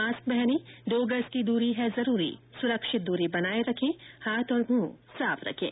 mask पहनें दो गज की दूरी है जरूरी सुरक्षित दूरी बनाए रखे हाथ और मुंह साफ रखें